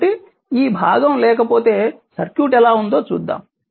కాబట్టి ఈ భాగం లేకపోతే సర్క్యూట్ ఎలా ఉందో చూద్దాం